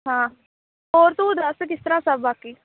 ਹਾਂ ਹੋਰ ਤੂੰ ਦੱਸ ਕਿਸ ਤਰ੍ਹਾਂ ਸਭ ਬਾਕੀ